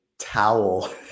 towel